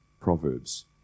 Proverbs